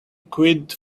quid